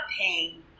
pain